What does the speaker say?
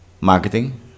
Marketing